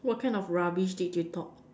what kind of rubbish did you talk